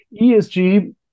ESG